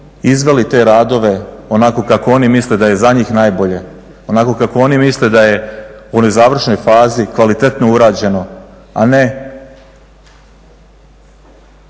izveli te radove onako kako oni misle da je za njih najbolje, onako kako oni misle da je u onoj završenoj fazi kvalitetno urađeno, a ne,